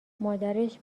مادرش